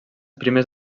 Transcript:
primers